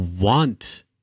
want